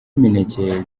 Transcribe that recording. imineke